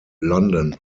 london